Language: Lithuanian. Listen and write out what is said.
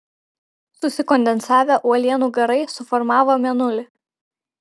susikondensavę uolienų garai suformavo mėnulį